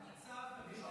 אני רק סגן.